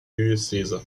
diözese